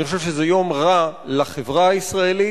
אני חושב שזה יום רע לחברה הישראלית,